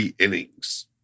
innings